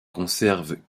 conserve